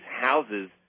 houses